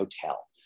Hotel